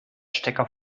stecker